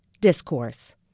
discourse